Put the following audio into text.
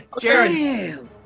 Jared